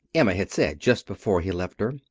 emma had said, just before he left her.